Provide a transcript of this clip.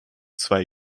zwei